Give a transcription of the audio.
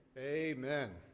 Amen